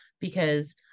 because-